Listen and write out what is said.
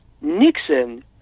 Nixon